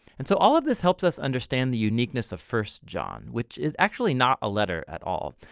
and so all of this helps us understand the uniqueness of first john which is actually not a letter at all.